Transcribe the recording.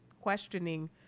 questioning